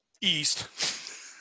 east